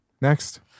next